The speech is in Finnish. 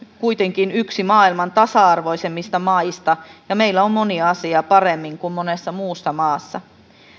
kuitenkin yksi maailman tasa arvoisimmista maista ja meillä on moni asia paremmin kuin monessa muussa maassa